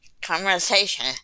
conversation